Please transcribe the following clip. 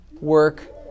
work